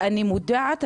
אני מודעת,